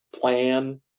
Plan